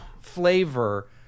flavor